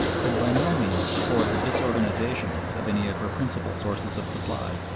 could by no means afford the disorganization of any of her principal sources of supply.